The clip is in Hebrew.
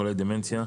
חולי דמנציה.